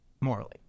morally